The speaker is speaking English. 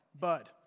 Bud